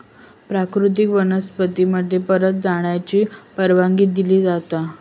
प्राकृतिक वनस्पती मध्ये परत जाण्याची परवानगी दिली जाता